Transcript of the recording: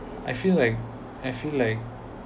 I feel like I feel like